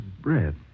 bread